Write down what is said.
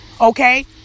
Okay